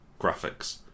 Graphics